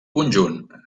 conjunt